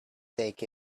take